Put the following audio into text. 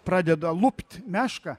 pradeda lupt mešką